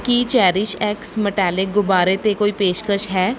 ਕੀ CherishX metallic ਗੁਬਾਰੇ 'ਤੇ ਕੋਈ ਪੇਸ਼ਕਸ਼ ਹੈ